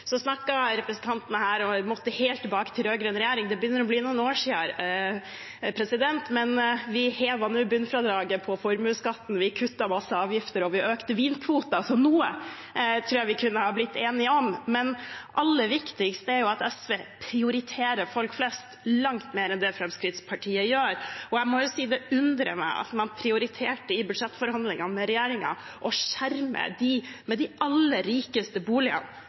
helt tilbake til den rød-grønne regjeringen. Det begynner å bli noen år siden, men vi hever nå bunnfradraget på formuesskatten, vi kutter mange avgifter, og vi har økt vinkvoten – så noe kunne vi nok ha blitt enige om. Aller viktigst er at SV prioriterer folk flest langt mer enn Fremskrittspartiet gjør. Det undrer meg at man i budsjettforhandlingene med regjeringen prioriterte å skjerme dem med de aller dyreste boligene